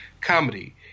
comedy